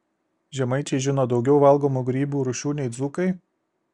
žemaičiai žino daugiau valgomų grybų rūšių nei dzūkai